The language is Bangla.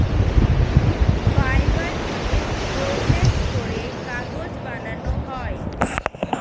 ফাইবারকে প্রসেস করে কাগজ বানানো হয়